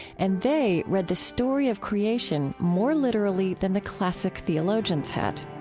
and they read the story of creation more literally than the classic theologians had